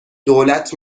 دولت